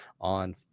on